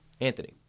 Anthony